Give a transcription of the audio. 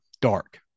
dark